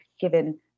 given